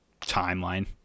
timeline